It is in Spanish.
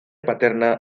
paterna